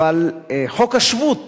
אבל חוק השבות